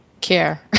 Care